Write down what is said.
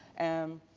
and,